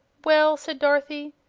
well, said dorothy,